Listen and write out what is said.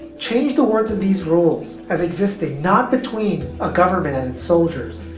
change the words in these rules as existing not between a government and its soldiers,